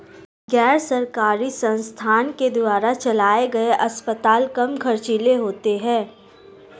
गैर सरकारी संस्थान के द्वारा चलाये गए अस्पताल कम ख़र्चीले होते हैं